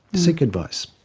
seek advice.